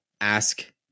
ask